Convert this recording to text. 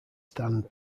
stand